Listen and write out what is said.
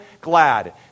glad